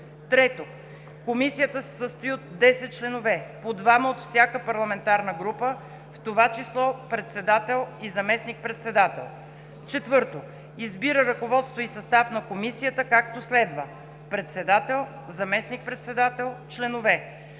ІІІ. Комисията се състои от 10 членове – по двама от всяка парламентарна група, в това число председател и заместник председател. IV. Избира ръководство и състав на Комисията, както следва: председател, заместник-председател, членове.